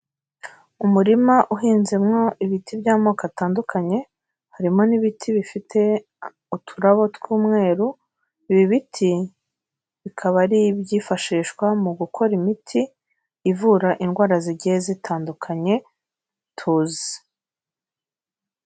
Umurima uhinzemo ibiti by'amoko atandukanye, harimo n'ibiti bifite uturabo tw'umweru, ibi biti bikaba ari ibyifashishwa mu gukora imiti, ivura indwara zigiye zitandukanye tuzi.